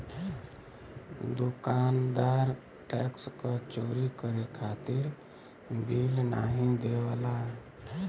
दुकानदार टैक्स क चोरी करे खातिर बिल नाहीं देवला